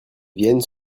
viennent